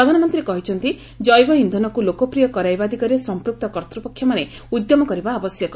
ପ୍ରଧାନମନ୍ତ୍ରୀ କହିଛନ୍ତି ଜୈବ ଇନ୍ଧନକୁ ଲୋକପ୍ରିୟ କରାଇବା ଦିଗରେ ସମ୍ପୁକ୍ତ କର୍ତ୍ତ୍ୱପକ୍ଷମାନେ ଉଦ୍ୟମ କରିବା ଆବଶ୍ୟକ